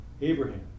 Abraham